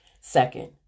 second